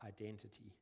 identity